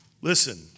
Listen